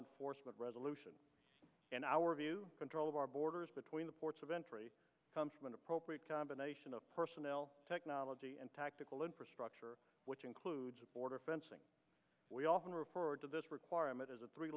enforcement resolution in our view control of our borders between the ports of entry appropriate combination of personnel technology and tactical infrastructure which includes border fencing we often referred to this requirement as a three